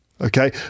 okay